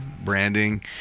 branding